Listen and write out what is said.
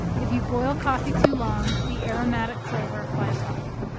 if you boil coffee too long, the aromatic flavor flies off.